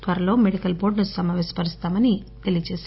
త్వరలో మెడికల్ బోర్డును సమాపేశ పరుస్తామని తెలిపారు